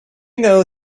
know